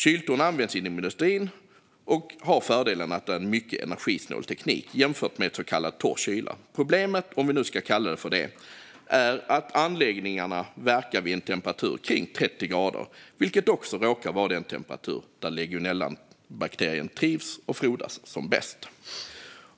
Kyltorn används inom industrin och har fördelen att det är en mycket energisnål teknik jämfört med så kallad torr kyla. Problemet, om vi nu ska kalla det för det, är att anläggningarna verkar vid en temperatur kring 30 grader, vilket också råkar vara den temperatur där legionellabakterien trivs och frodas som bäst.